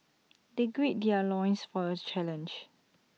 they gird their loins for the challenge